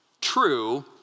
True